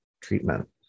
treatment